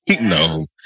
no